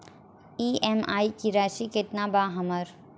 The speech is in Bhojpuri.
ई.एम.आई की राशि केतना बा हमर?